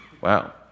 Wow